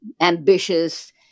ambitious